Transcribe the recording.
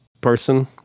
person